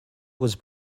was